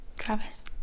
Travis